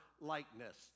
likeness